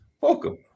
Welcome